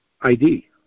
id